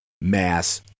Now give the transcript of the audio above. mass